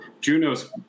Juno's